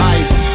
ice